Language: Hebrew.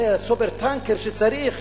זה ה"סופר-טנקר" שצריך.